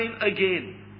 again